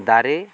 ᱫᱟᱨᱮ